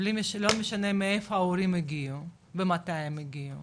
בלי ולא משנה מאיפה ההורים הגיעו ומתי הם הגיעו